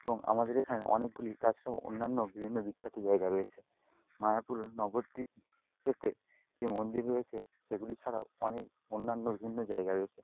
এবং আমাদের এখানে অনেকগুলি তাছাড়াও অন্যান্য বিভিন্ন বিখ্যাত জায়গা রয়েছে মায়াপুরের নবদ্বীপ যেতে যে মন্দির রয়েছে সেগুলি ছাড়াও অনেক অন্যান্য বিভিন্ন জায়গা রয়েছে